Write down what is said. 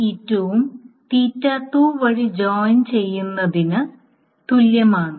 ഇത് ജോയിൻ ചെയ്യുന്നതിന് തുല്യമാണ്